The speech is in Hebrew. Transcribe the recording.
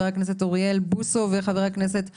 אוריאל בוסו ומשה אבוטבול.